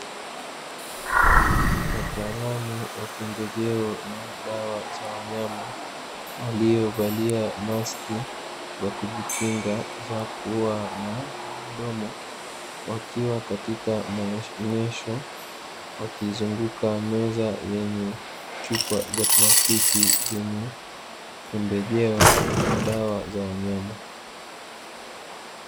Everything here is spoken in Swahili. Wataalamu wa pembejeo na dawa za wanyama, waliovalia maski za kujikinga za pua na mdomo. Wakiwa katika maonyesho wakiizunguka meza yenye chupa za plastiki zenye pembejeo na dawa za wanyama.